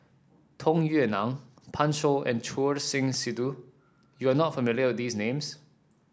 Tung Yue Nang Pan Shou and Choor Singh Sidhu you are not familiar with these names